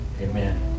Amen